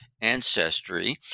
ancestry